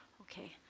Okay